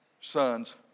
sons